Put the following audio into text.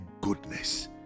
goodness